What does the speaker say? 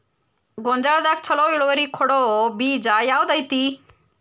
ಗೊಂಜಾಳದಾಗ ಛಲೋ ಇಳುವರಿ ಕೊಡೊ ಬೇಜ ಯಾವ್ದ್ ಐತಿ?